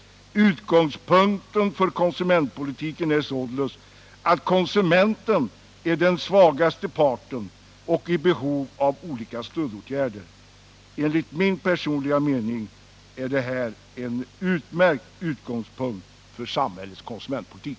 Utgångspunkten för konsumentpolitiken är således, att konsumenten är den svagaste parten och i behov av olika stödåtgärder.” Enligt min mening är det här en utmärkt utgångspunkt för samhällets konsumentpolitik.